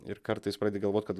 ir kartais pradedi galvot kad